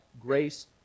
grace